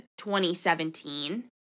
2017